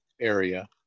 area